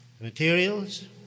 materials